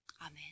Amen